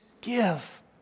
give